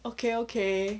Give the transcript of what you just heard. okay okay